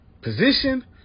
position